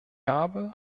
habe